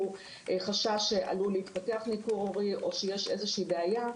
חשש שעלול להתפתח ניכור הורי או שיש איזושהי בעיה.